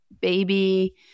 baby